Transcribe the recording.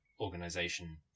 organization